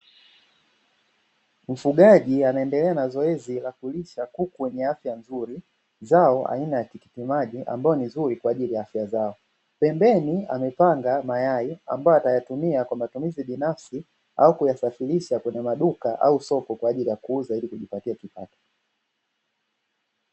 Mfugaji anaendelea na zoezi la kulisha kuku wenye afya nzuri. Zao aina ya tikitimaji ambalo ni zuri kwa ajili ya afya zao, pembeni amepanga mayai ambayo atayatumia kwa matumizi binafsi au kuyasafirisha kwenye maduka au soko kwa ajili ya kuuza ili kujipatia kipato.